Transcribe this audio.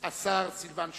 השר סילבן שלום,